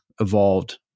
evolved